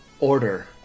Order